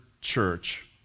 church